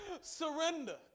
Surrender